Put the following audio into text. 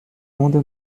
onda